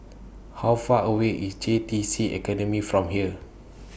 How Far away IS J T C Academy from here